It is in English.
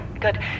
good